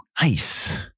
Nice